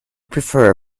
prefer